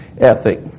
ethic